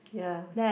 ya